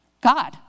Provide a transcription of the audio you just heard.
God